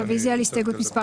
רוויזיה על הסתייגות מס'